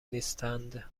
نیستند